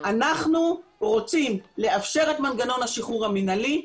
אנחנו רוצים לאפשר את מנגנון השחרור המנהלי,